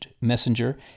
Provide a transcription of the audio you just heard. messenger